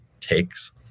takes